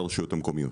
לרשויות המקומיות.